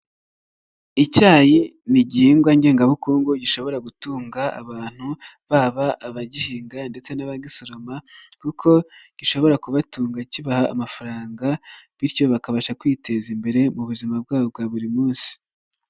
Icyayi ni igihingwa ngengabukungu gishobora gutunga abantu, baba abagihinga ndetse n'abagisoroma kuko gishobora kubatunga kibaha amafaranga, bityo bakabasha kwiteza imbere mu buzima bwabo bwa buri munsi.